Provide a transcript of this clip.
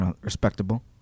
respectable